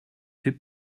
fait